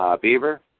beaver